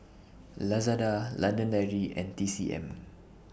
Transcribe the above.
Lazada London Dairy and T C M